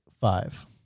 five